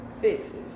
fixes